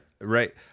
right